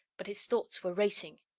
but his thoughts were racing.